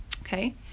Okay